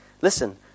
Listen